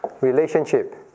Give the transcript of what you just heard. relationship